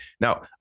Now